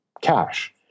cash